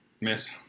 Miss